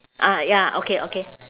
ah ya okay okay